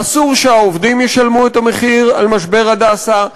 אסור שהעובדים ישלמו את המחיר על משבר "הדסה",